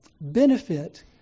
benefit